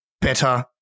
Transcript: better